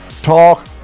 Talk